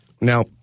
Now